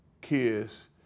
kids